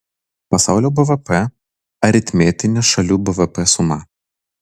pasaulio bvp aritmetinė šalių bvp suma